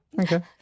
Okay